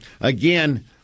again